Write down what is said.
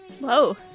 Whoa